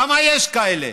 כמה יש כאלה?